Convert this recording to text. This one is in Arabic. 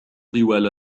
طوال